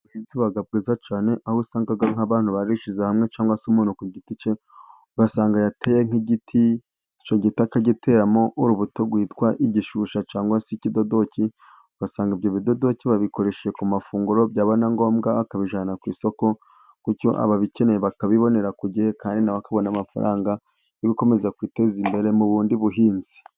Ubuhinzi buba bwiza cyane aho usanga nk'abantu barishyize hamwe cyangwa se umuntu ku giti ke ugasanga yateye nk'igiti, icyo giti akagiteramo urubuto rwitwa igishusha cyangwa se kidoki, ugasanga ibyo bidodoki babikoreshe ku mafunguro byaba na ngombwa akabijyana ku isoko, bityo ababikeneye bakabibonera ku gihe kandi na we akabona amafaranga yo gukomeza kwiteza imbere mu bundi buhinzi.